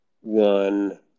one